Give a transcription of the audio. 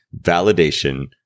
validation